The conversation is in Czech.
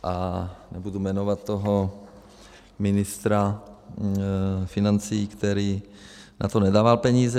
A nebudu jmenovat toho ministra financí, který na to nedával peníze.